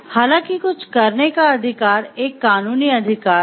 हालाँकि कुछ करने का अधिकार एक कानूनी अधिकार है